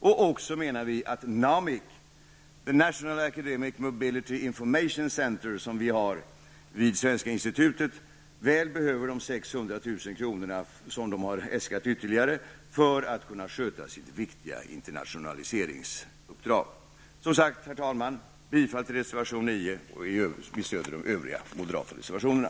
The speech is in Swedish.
Vi menar vidare att Information Centre -- vid Svenska Institutet väl behöver de 600 000 kr. som de har äskat ytterligare för att kunna sköta sitt viktiga internationaliseringsuppdrag. Som sagt, herr talman, bifall till reservation 9 och stöd till de övriga moderata reservationerna!